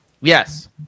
Yes